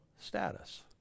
status